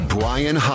Brian